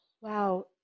Wow